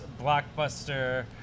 blockbuster